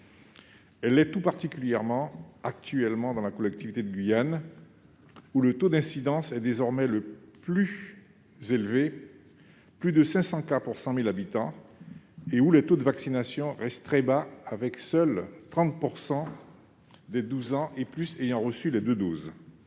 elle l'est tout particulièrement dans la collectivité de Guyane, où le taux d'incidence est désormais le plus élevé- plus de 500 cas pour 100 000 habitants -et où les taux de vaccination restent très bas, avec seulement 30 % des douze ans et plus ayant reçu les deux doses.